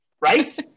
right